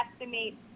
estimate